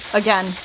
again